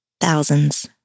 Thousands